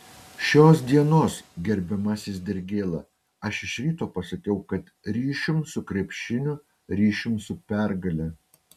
šios dienos gerbiamasis dirgėla aš iš ryto pasakiau kad ryšium su krepšiniu ryšium su pergale